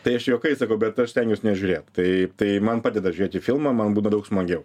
tai aš juokais sakau bet aš stengiuos nežiūrėt tai tai man padeda žiūrėti filmą man būna daug smagiau